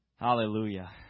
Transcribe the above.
Hallelujah